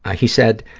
ah he said,